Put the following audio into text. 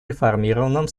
реформированном